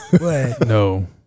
No